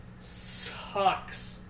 sucks